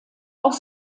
auch